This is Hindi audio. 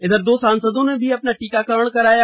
इधर दो सांसदों ने भी अपना टीकाकरण कराया